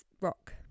rock